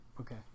Okay